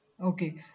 Okay